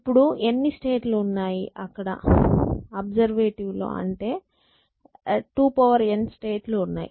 ఇప్పుడు ఎన్ని స్టేట్ లు ఉన్నాయి అక్కడ అబ్సెర్వేటివ్ లో అంటే 2n స్టేట్ లు ఉన్నాయి